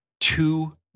two